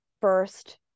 first